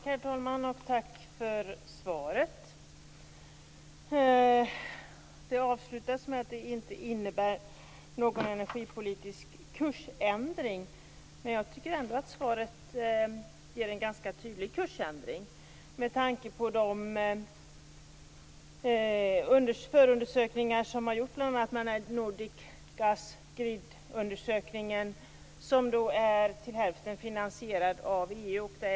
Herr talman! Tack för svaret. Det avslutas med att detta inte innebär någon energipolitisk kursändring. Men jag tycker ändå att svaret ger en ganska tydlig kursändring med tanke på de förundersökningar som har gjorts. Bl.a. har Nordic Gas Grid gjort en undersökning som till hälften är finansierad av EU.